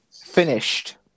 finished